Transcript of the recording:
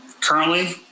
Currently